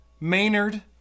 Maynard